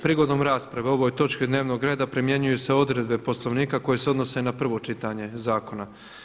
Prigodom rasprave o ovoj točki dnevnog reda primjenjuju se odredbe Poslovnika koje se odnose na 1. čitanje zakona.